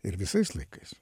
ir visais laikais